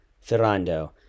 Ferrando